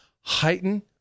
heighten